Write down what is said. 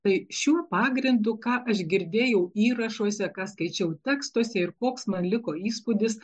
tai šiuo pagrindu ką aš girdėjau įrašuose ką skaičiau tekstuose ir koks man liko įspūdis